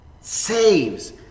saves